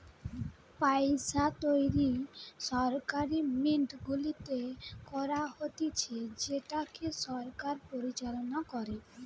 পইসা তৈরী সরকারি মিন্ট গুলাতে করা হতিছে যেটাকে সরকার পরিচালনা করে